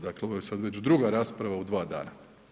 Dakle ovo je sada već druga rasprava u dva dana.